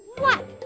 what,